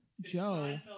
Joe